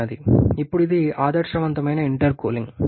ఇప్పుడు ఇది ఆదర్శవంతమైన ఇంటర్కూలింగ్